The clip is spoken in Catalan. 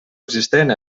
existent